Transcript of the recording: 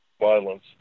violence